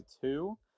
two